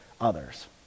others